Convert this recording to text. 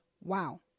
Wow